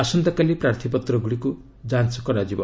ଆସନ୍ତାକାଲି ପ୍ରାର୍ଥୀପତ୍ରଗୁଡ଼ିକୁ ଯାଞ୍ଚ କରାଯିବ